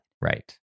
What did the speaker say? Right